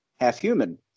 half-human